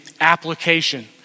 application